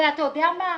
ואתה יודע מה?